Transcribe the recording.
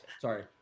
Sorry